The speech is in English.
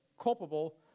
culpable